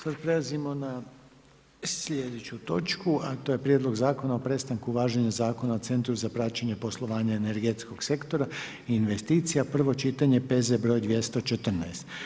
Sada prelazimo na sljedeću točku, a to je: - Prijedlog zakona o prestanku važenja Zakona o Centru za praćenje poslovanja energetskog sektora i investicija, prvo čitanje, P.Z. broj 214.